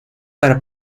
para